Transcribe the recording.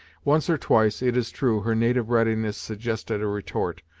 once or twice, it is true, her native readiness suggested a retort,